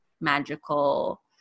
magical –